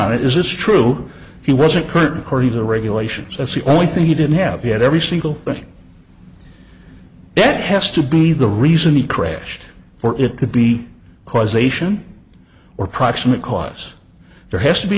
it is this true he was a curtain according to regulations that's the only thing he didn't have he had every single thing that has to be the reason he crashed or it could be causation or proximate cause there has to be